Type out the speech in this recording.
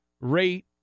rate